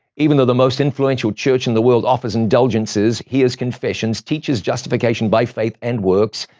even though the most influential church in the world offers indulgences, hears confessions, teaches justification by faith and works,